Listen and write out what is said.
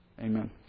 Amen